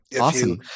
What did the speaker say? Awesome